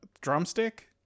Drumstick